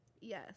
Yes